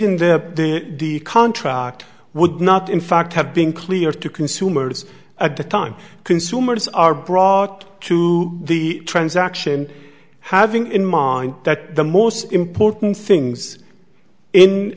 in there the contract would not in fact have been clear to consumers at the time consumers are brought to the transaction having in mind that the most important things in